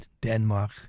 denmark